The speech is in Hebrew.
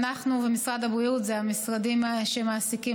אנחנו ומשרד הבריאות הם המשרדים שמעסיקים